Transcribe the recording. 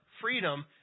freedom